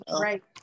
Right